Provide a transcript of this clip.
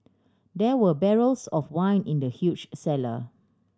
there were barrels of wine in the huge cellar